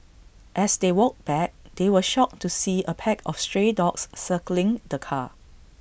as they walked back they were shocked to see A pack of stray dogs circling the car